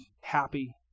happy